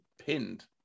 pinned